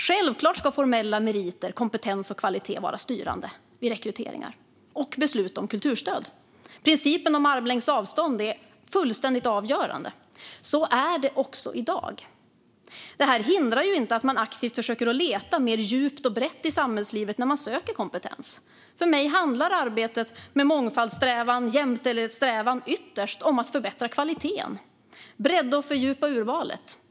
Självklart ska formella meriter, kompetens och kvalitet vara styrande vid rekryteringar och beslut om kulturstöd. Principen om armlängds avstånd är fullständigt avgörande. Så är det också i dag. Detta hindrar inte att man aktivt försöker leta mer djupt och brett i samhällslivet när man söker kompetens. För mig handlar arbetet med mångfalds och jämställdhetssträvan ytterst om att förbättra kvaliteten och bredda och fördjupa urvalet.